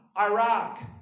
Iraq